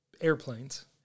airplanes